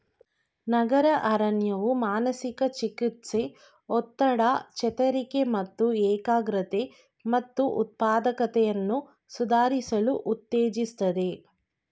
ನಗರ ಅರಣ್ಯವು ಮಾನಸಿಕ ಚಿಕಿತ್ಸೆ ಒತ್ತಡ ಚೇತರಿಕೆ ಮತ್ತು ಏಕಾಗ್ರತೆ ಮತ್ತು ಉತ್ಪಾದಕತೆಯನ್ನು ಸುಧಾರಿಸಲು ಉತ್ತೇಜಿಸ್ತದೆ